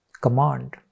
command